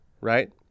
Right